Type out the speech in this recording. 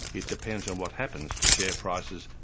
it depends on what happens to share prices,